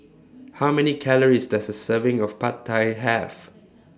How Many Calories Does A Serving of Pad Thai Have